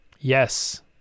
yes